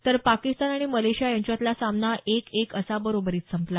तर पाकिस्तान आणि मलेशिया यांच्यातला सामना एक एक असा बरोबरीत संपला